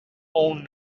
own